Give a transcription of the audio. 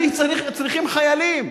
אני צריך, צריכים חיילים.